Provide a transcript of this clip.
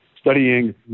studying